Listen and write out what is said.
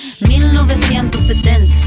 1970